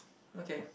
okay